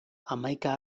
hamaika